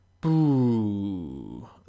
Boo